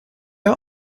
are